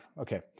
Okay